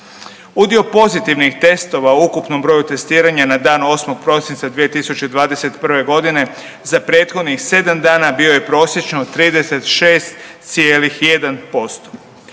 Udio pozitivnih testova u ukupnom broju testiranja na dan 8. prosinca 2021. godine za prethodnih 7 dana bio je prosječno 36,1%.